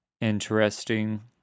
interesting